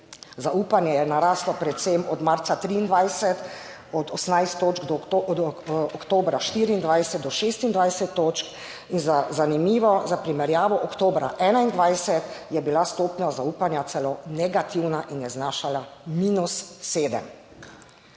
zaupanje je naraslo predvsem od marca 2023 od 18 točk, oktobra 2024 do 26 točk in, zanimivo za primerjavo, oktobra 2021 je bila stopnja zaupanja celo negativna in je znašala -7.